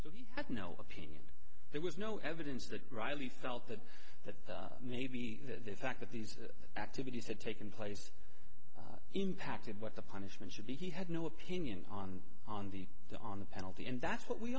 so he had no opinion there was no evidence that riley felt that that maybe the fact that these activities had taken place impacted what the punishment should be he had no opinion on on the the on the penalty and that's what we